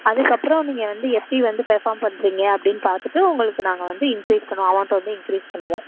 அதுக்கப்புறம் நீங்கள் வந்து எப்படி வந்து பெர்ஃபார்ம் பண்ணுறீங்க அப்படின் பார்த்துட்டு உங்களுக்கு நாங்கள் வந்து இன்க்ரீஸ் பண்ணுவோம் அமௌண்ட்டை வந்து இன்க்ரீஸ் பண்ணுவோம்